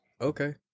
Okay